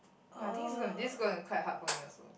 !wah! i think this going to this gonna be quite hard for me also